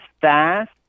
fast